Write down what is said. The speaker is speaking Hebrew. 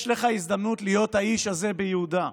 יש לך ההזדמנות להיות האיש הזה ביהודה.